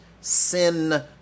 sin